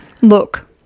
Look